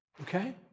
Okay